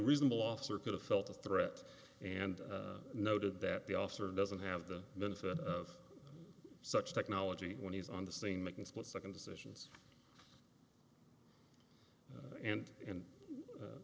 reasonable officer could have felt a threat and noted that the officer doesn't have the benefit of such technology when he's on the scene making split second decisions and and